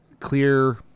clear